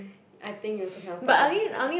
I think you also cannot tell the difference